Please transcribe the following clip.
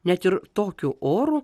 net ir tokiu oru